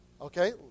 Okay